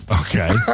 Okay